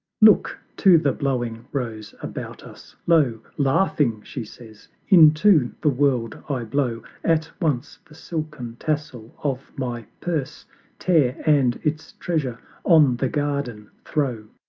look to the blowing rose about us lo, laughing, she says, into the world i blow, at once the silken tassel of my purse tear, and its treasure on the garden throw.